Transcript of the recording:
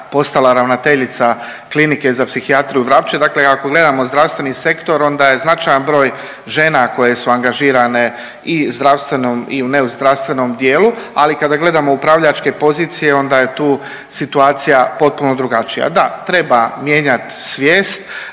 postala ravnateljica Klinike za psihijatriju Vrapče, dakle i ako gledamo zdravstveni sektor onda je značajan broj žena koje su angažirane i u zdravstvenom i u nezdravstvenom dijelu, ali kada gledamo upravljačke pozicije onda je tu situacija potpuno drugačija. Da, treba mijenjat svijest